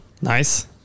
nice